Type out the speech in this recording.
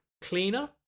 cleaner